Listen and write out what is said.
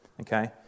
okay